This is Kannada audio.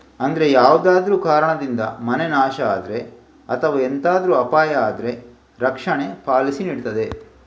ಅಂದ್ರೆ ಯಾವ್ದಾದ್ರೂ ಕಾರಣದಿಂದ ಮನೆ ನಾಶ ಆದ್ರೆ ಅಥವಾ ಎಂತಾದ್ರೂ ಅಪಾಯ ಆದ್ರೆ ರಕ್ಷಣೆ ಪಾಲಿಸಿ ನೀಡ್ತದೆ